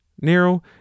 narrow